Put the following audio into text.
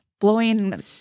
blowing